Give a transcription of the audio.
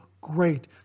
great